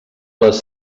les